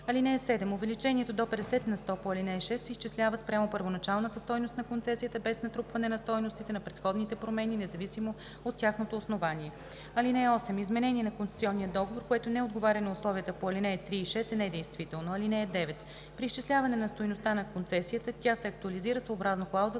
срок. (7) Увеличението до 50 на сто по ал. 6 се изчислява спрямо първоначалната стойност на концесията без натрупване на стойностите на предходни промени, независимо от тяхното основание. (8) Изменение на концесионния договор, което не отговаря на условията по ал. 3 и 6, е недействително. (9) При изчисляване на стойността на концесията тя се актуализира съобразно клаузата